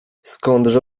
skądże